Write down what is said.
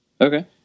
Okay